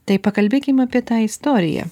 tai pakalbėkim apie tą istoriją